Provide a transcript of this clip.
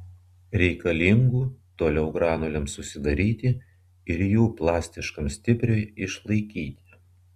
reikalingų toliau granulėms susidaryti ir jų plastiškam stipriui išlaikyti